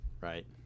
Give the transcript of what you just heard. Right